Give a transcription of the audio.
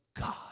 God